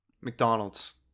McDonald's